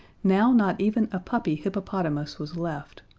now not even a puppy-hippopotamus was left,